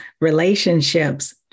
relationships